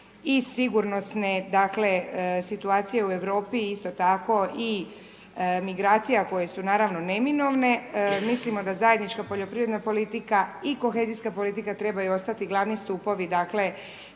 i sigursnosne dakle situaciju u Europi, isto tako i migracije koje su naravno neminovne. Mislimo da zajednička poljoprivredna politika i kohezijska politika trebaju ostati glavni stupovi